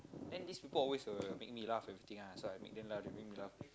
then this four always will make me laugh everything ah so I make them laugh they make me laugh